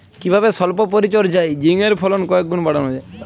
কিভাবে সল্প পরিচর্যায় ঝিঙ্গের ফলন কয়েক গুণ বাড়ানো যায়?